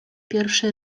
pierwszy